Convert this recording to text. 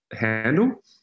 handle